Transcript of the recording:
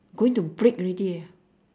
going to break already eh